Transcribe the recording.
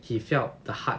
he felt the heart